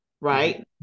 Right